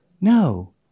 no